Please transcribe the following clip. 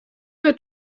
her